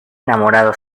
enamorado